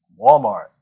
Walmart